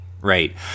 right